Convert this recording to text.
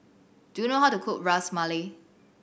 do you know how to cook Ras Malai